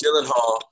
Gyllenhaal